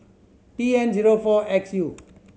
T N zero four X U